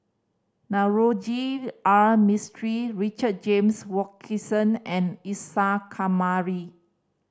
Navroji R Mistri Richard James Wilkinson and Isa Kamari